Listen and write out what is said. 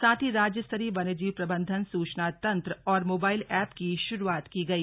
साथ ही राज्य स्तरीय वन्य जीव प्रबन्धन सूचना तंत्र और मोबाइल ऐप की शुरूआत की गयी